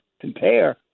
Compare